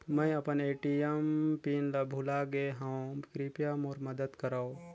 मैं अपन ATM PIN ल भुला गे हवों, कृपया मोर मदद करव